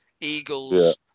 Eagles